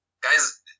guys